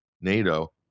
NATO